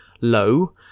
low